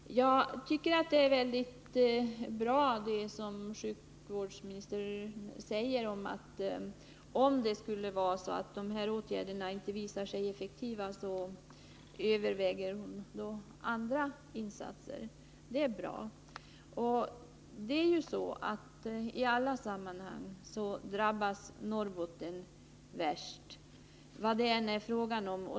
Herr talman! Jag tycker det är mycket bra att sjukvårdsministern, om de här åtgärderna inte visar sig effektiva, överväger andra insatser. Det är ju så att i alla sammanhang drabbas Norrbotten värst, vad det än är fråga om.